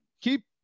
keep